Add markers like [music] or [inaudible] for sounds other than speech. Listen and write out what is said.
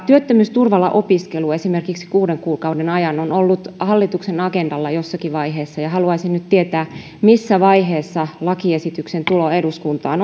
työttömyysturvalla opiskelu esimerkiksi kuuden kuukauden ajan on ollut hallituksen agendalla jossakin vaiheessa ja haluaisin nyt tietää missä vaiheessa lakiesityksen tulo eduskuntaan [unintelligible]